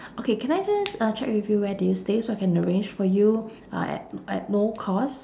okay can I just uh check if you where do you stay so I can arrange for you uh at at low cost